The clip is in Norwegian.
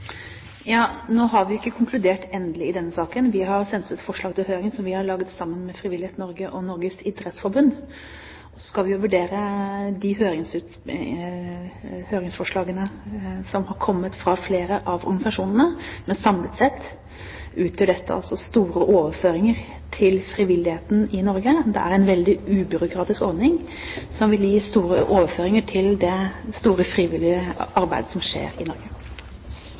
Nå har vi ikke konkludert endelig i denne saken. Vi har sendt ut et forslag til høring som vi har laget sammen med Frivillighet Norge og Norges idrettsforbund. Så skal vi vurdere de høringsforslagene som har kommet fra flere av organisasjonene. Men samlet sett utgjør dette store overføringer til frivilligheten i Norge. Det er en veldig ubyråkratisk ordning som vil gi store overføringer til det store, frivillige arbeidet som skjer i Norge.